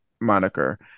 moniker